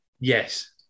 Yes